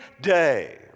day